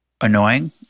annoying